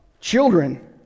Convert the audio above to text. children